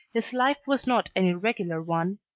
his life was not an irregular one,